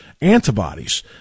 antibodies